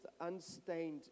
unstained